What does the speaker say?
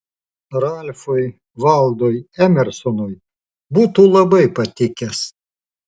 ralfui valdui emersonui būtų labai patikęs